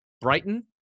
Brighton